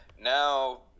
Now